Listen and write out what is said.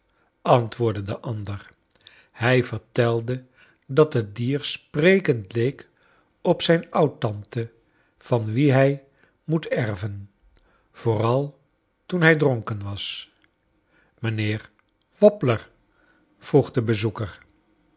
antwoordde de ander hij vertelde dat het dier sprekend leek op zijn oudtante van wie hij moet erven yooral toen hij dronken was mrjnheer wobbler vroeg de bezoeker